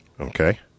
Okay